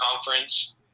conference